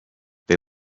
they